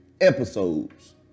episodes